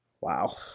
Wow